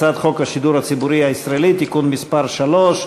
הצעת חוק השידור הציבורי הישראלי (תיקון מס' 3),